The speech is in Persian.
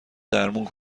درمون